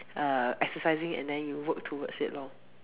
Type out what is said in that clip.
uh exercising it then you work towards it loh